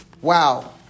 Wow